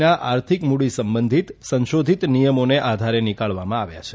ની આર્થિક મૂડી સંબંધિત સંશોધિત નિયમોને આધારે નીકાળવામાં આવ્યાં છે